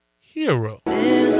hero